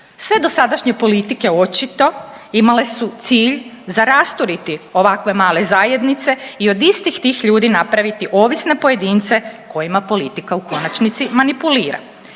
Sve dosadašnje politike očito imale su cilj za rasturiti ovako male zajednice i od istih tih ljudi napraviti ovisne pojedince kojima politika u konačnici politika